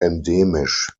endemisch